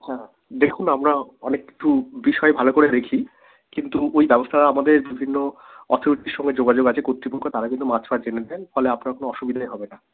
হ্যাঁ দেখুন আমরা অনেক ট্যুর বিষয়ে ভালো করে দেখি কিন্তু ওই ব্যবস্থা আমাদের বিভিন্ন অথরিটির সঙ্গে যোগাযোগ আছে কর্তৃপক্ষ তারা কিন্তু মাছ ফাছ এনে দেয় ফলে আপনার কোনো অসুবিধে হবে না